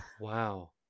wow